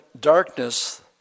darkness